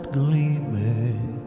gleaming